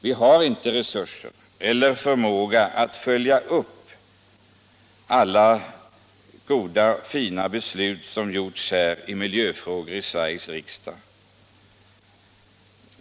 Vi har varken resurser eller förmåga att följa upp alla de fina beslut som fattats i miljöfrågor av Sveriges riksdag.